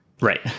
Right